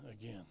again